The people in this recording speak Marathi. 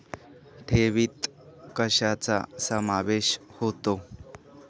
ठेवीत कशाचा समावेश होतो?